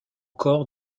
corps